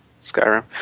Skyrim